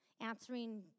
answering